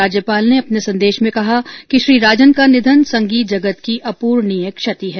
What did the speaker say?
राज्यपाल ने अपने संदेश में कहा कि श्री राजन का निधन संगीत जगत की अपूरणीय क्षति है